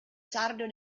sardo